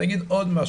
אני אגיד עוד משהו,